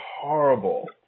horrible